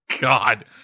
god